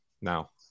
now